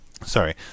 sorry